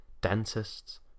dentists